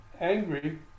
angry